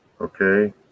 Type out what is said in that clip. Okay